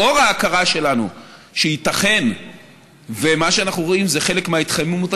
לאור ההכרה שלנו שייתכן שמה שאנחנו רואים זה חלק מההתחממות